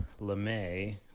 LeMay